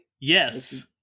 Yes